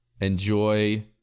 Enjoy